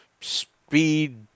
speed